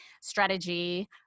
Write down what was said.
strategy